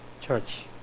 church